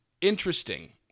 interesting